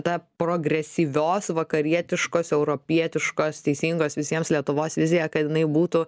ta progresyvios vakarietiškos europietiškos teisingos visiems lietuvos vizija kad jinai būtų